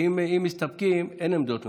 כי אם מסתפקים אין עמדות נוספות.